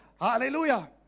Hallelujah